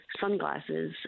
sunglasses